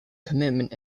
commitment